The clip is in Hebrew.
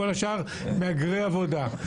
וכל השאר מהגרי עבודה.